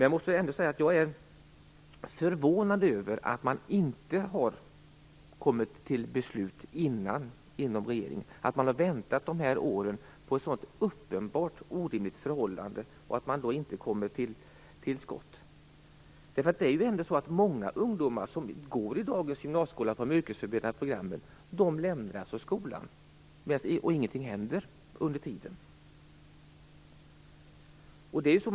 Jag är dock förvånad över att man i regeringen inte har kommit till beslut innan - man har väntat under de här åren på ett så uppenbart orimligt förhållande, utan att komma till skott. Många ungdomar som går på dagens gymnasieskolas yrkesförberedande program lämnar nu skolan. Ingenting händer under tiden.